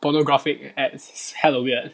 pornographic ads hella weird